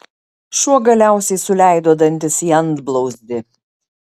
šuo galiausiai suleido dantis į antblauzdį